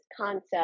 concept